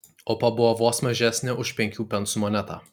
opa buvo vos mažesnė už penkių pensų monetą